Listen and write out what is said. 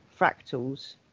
fractals